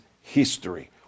history